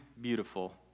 beautiful